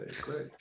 great